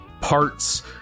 parts